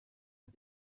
but